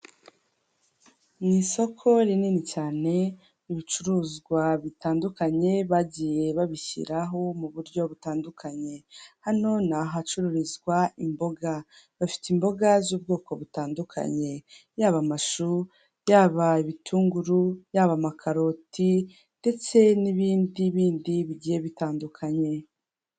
Mu isoko rinini cyane, ibicuruzwa bitandukanye, bagiye babishyiraho mu buryo butandukanye. Hano ni ahacururizwa imboga. Bafite imboga z'ubwoko butandukanye. Yaba amashu, yaba ibitunguru, yaba amakaroti, ndetse n'ibindi bindi bigiye bitandukanye.